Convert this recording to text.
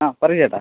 ആ പറയൂ ചേട്ടാ